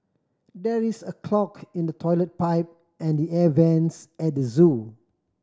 there is a clog in the toilet pipe and the air vents at the zoo